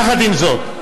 יחד עם זאת,